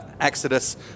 Exodus